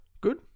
Good